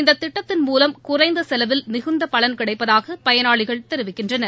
இந்தத் திட்டத்தின் மூவம் குறைந்த செலவில் மிகுந்த பலன் கிடைப்பதாக பயனாளிகள் தெரிவிக்கின்றனர்